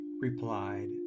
replied